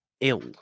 ill